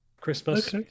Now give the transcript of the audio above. Christmas